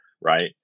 right